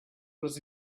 was